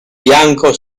bianco